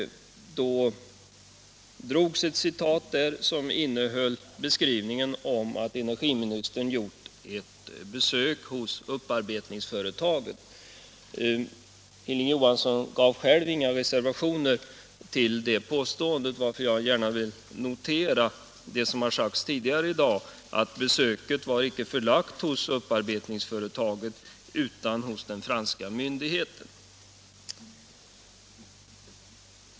Citatet innehöll en beskrivning av hur energiministern besökt upparbetningsföretaget. Hilding Johansson gjorde själv ingen reservation, varför jag gärna vill framhålla, och det har sagts tidigare i dag, att besöket inte gällde upparbetningsföretaget utan den franska myndigheten.